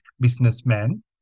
businessman